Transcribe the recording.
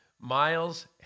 Miles